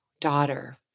daughter